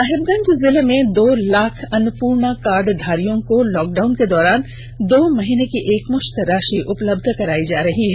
साहेबगंज जिले में दो लाख अन्नपूर्णा कार्ड धारियों को लॉक डाउन के दौरान दो माह की एकमुष्त राषि उपलब्ध करायी जा रही है